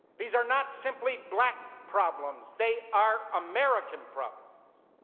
these are not simply black problems. they are american problems.